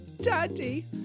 Daddy